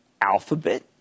Alphabet